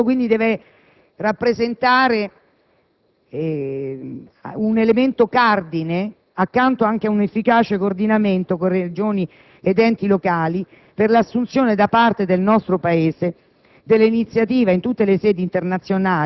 con il recente passato. Ciò deve rappresentare un elemento cardine accanto ad un efficace coordinamento con Regioni ed Enti locali per l'assunzione da parte del nostro Paese